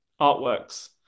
artworks